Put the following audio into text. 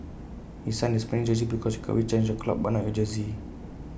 he signed the Spanish jersey because you can always change your club but not your